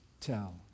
tell